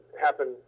happen